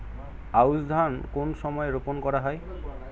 আউশ ধান কোন সময়ে রোপন করা হয়?